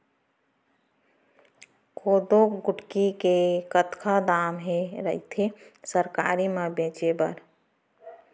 कोदो कुटकी के कतका दाम ह रइथे सरकारी म बेचे बर?